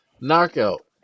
knockout